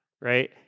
right